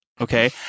Okay